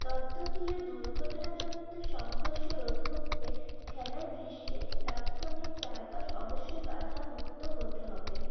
ত্বতদীয় দুর্ঘটনাজনিত সংঘর্ষ রোধ করতে খেলার পৃষ্ঠের তাৎক্ষণিক চারপাশ অবশ্যই বাধামুক্ত হতে হবে